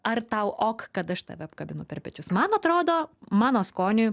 ar tau ok kad aš tave apkabinu per pečius man atrodo mano skoniui